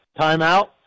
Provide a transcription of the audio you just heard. Timeout